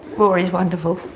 boring. wonderful.